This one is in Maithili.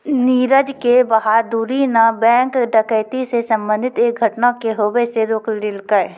नीरज के बहादूरी न बैंक डकैती से संबंधित एक घटना के होबे से रोक लेलकै